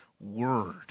Word